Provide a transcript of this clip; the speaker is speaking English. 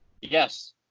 Yes